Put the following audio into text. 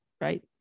right